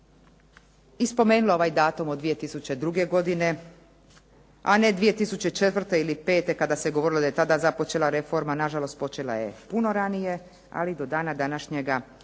spomenula ovaj datum od 2002. godine, a ne 2004. ili pete kada se govorilo da je tada započela reforma. Na žalost počela je puno ranije, ali do dana današnjega